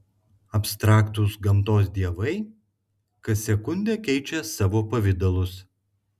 abstraktūs gamtos dievai kas sekundę keičią savo pavidalus